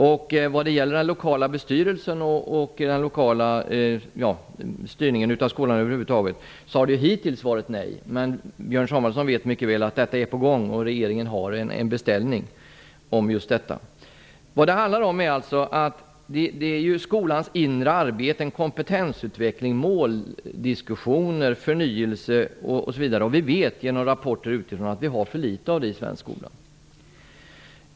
När det gäller den lokala styrningen av skolan över huvud taget har det hittills varit nej. Men Björn Samuelson vet mycket väl att detta är på gång. Regeringen har en beställning om just detta. Det handlar om skolans inre arbete, kompetensutveckling, måldiskussioner, förnyelse osv. Vi vet genom rapporter utifrån att vi har för litet av det i den svenska skolan.